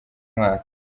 mwaka